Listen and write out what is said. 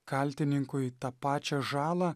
kaltininkui tą pačią žalą